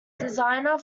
designer